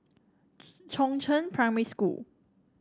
Chongzheng Primary School